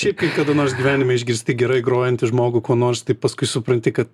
šiaip kai kada nors gyvenime išgirsti gerai grojantį žmogų kuo nors tai paskui supranti kad